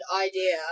idea